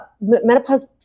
Menopause